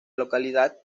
localidad